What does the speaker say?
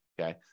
okay